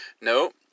No